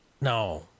No